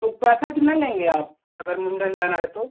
तो पैसा कितना लेंगे आप अगर मुंडन में आना है तो